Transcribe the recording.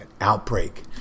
outbreak